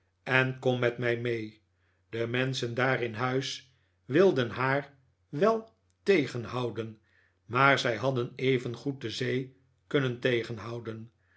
en kom met mij mee de menschen daar in huis wilden haar wel tegenhouden maar zij hadden evengoed de zee kunnen tegenhouden